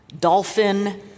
dolphin